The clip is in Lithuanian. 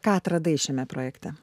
ką atradai šiame projekte